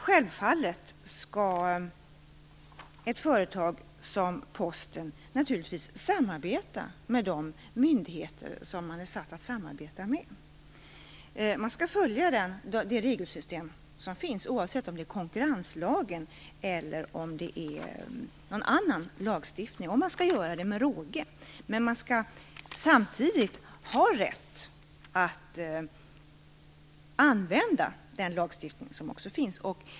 Självfallet skall ett företag som Posten samarbeta med de myndigheter som man är satt att samarbeta med. Man skall följa det regelsystem som finns, oavsett om det är fråga om konkurrenslagen eller om det är fråga om annan lagstiftning. Man skall också göra det med råge, men samtidigt skall man ha rätt att använda den lagstiftning som finns.